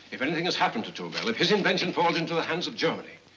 if anything has happened to tobel, if his invention falls into the hands of germany,